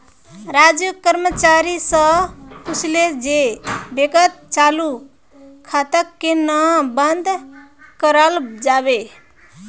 राजू कर्मचारी स पूछले जे बैंकत चालू खाताक केन न बंद कराल जाबे